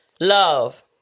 Love